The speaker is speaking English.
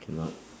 cannot